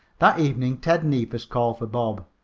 that evening ted neefus called for bob.